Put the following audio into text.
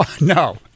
No